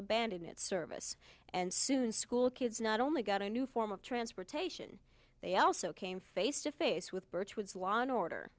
abandon its service and soon school kids not only got a new form of transportation they also came face to face with birch woods law and order